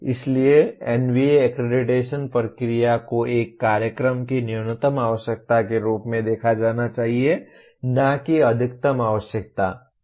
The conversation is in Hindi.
इसलिए NBA अक्क्रेडिटेशन प्रक्रिया को एक कार्यक्रम की न्यूनतम आवश्यकता के रूप में देखा जाना चाहिए न कि अधिकतम आवश्यकता